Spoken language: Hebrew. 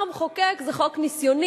אמר המחוקק: זה חוק ניסיוני,